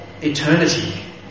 eternity